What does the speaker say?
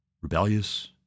rebellious